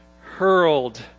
hurled